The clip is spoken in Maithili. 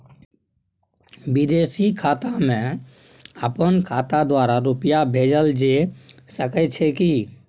विदेशी खाता में अपन खाता द्वारा रुपिया भेजल जे सके छै की?